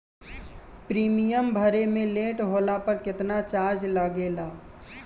Premium भरे मे late होला पर केतना चार्ज लागेला?